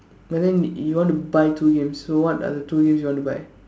but then you want to buy two games so what are the two games you want to buy